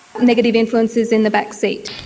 negative influences in the back seat,